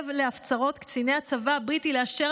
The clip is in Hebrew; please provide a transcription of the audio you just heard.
סירב להפצרות קציני הצבא הבריטי לאשר